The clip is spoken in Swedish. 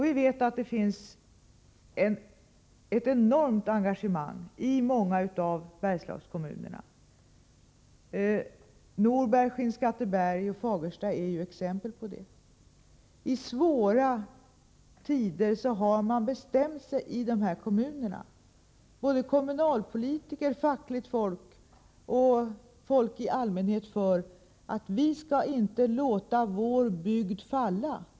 Vi vet att det finns ett enormt engagemang i många av Bergslagskommunerna. Norberg, Skinnskatteberg och Fagersta är exempel på det. I svåra tider har man bestämt sig i de här kommunerna — både kommunalpolitiker, fackligt folk och människor i allmänhet — för detta: Vi skall inte låta vår bygd förfalla.